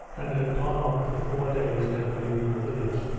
and had gone on for four days never leaving the village.